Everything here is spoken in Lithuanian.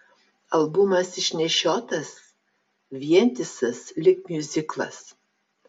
albumas išnešiotas vientisas lyg miuziklas